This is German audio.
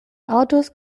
autos